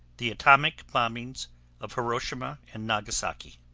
the atomic bombings of hiroshima and nagasaki